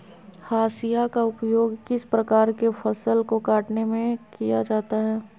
हाशिया का उपयोग किस प्रकार के फसल को कटने में किया जाता है?